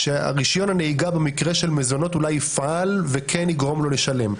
שרישיון הנהיגה במקרה של מזונות אולי יפעל וכן יגרום לו לשלם.